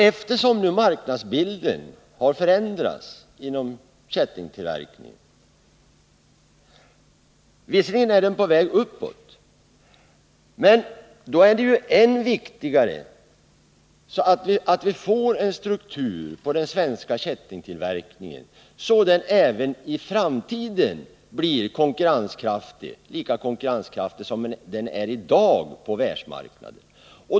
Eftersom marknadsbilden har förändrats inom kättingtillverkningen — den är dock nu på väg uppåt — är det ännu viktigare att strukturen på den svenska kättingtillverkningen blir sådan att produkten i framtiden blir lika konkurrenskraftig på världsmarknaden som den är i dag.